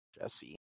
Jesse